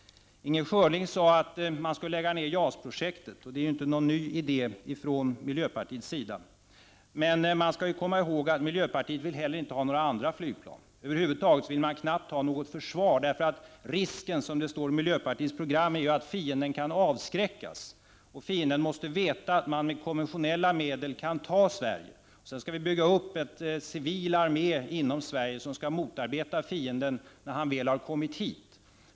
Inger Schörling sade att man skulle lägga ner JAS-projektet, och det är ju inte någon ny idé från miljöpartiets sida. Men vi skall komma ihåg att miljöpartiet inte heller vill ha några andra flygplan. Man vill över huvud taget knappt ha något försvar, för risken — som det står i miljöpartiets program — är ju att fienden kan avskräckas. Och fienden måste veta att man med konventionella medel kan ta Sverige. Sedan skall vi bygga upp en civil armé inom Sverige som skall motarbeta fienden när han väl har kommit hit.